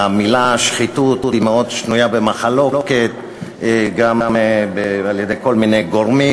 והמילה שחיתות היא מאוד שנויה במחלוקת גם אצל כל מיני גורמים,